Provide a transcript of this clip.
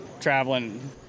traveling